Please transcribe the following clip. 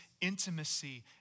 intimacy